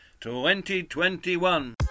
2021